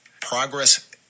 progress